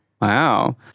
Wow